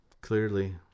Clearly